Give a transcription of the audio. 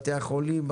בתי החולים,